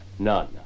None